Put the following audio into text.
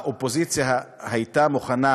האופוזיציה הייתה מוכנה